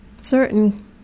Certain